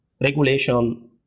regulation